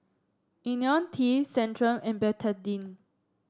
IoniL T Centrum and Betadine